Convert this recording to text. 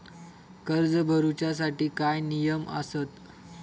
कर्ज भरूच्या साठी काय नियम आसत?